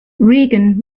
reagan